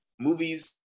movies